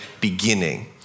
beginning